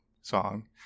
song